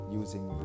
using